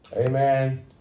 Amen